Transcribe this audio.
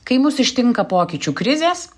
kai mus ištinka pokyčių krizės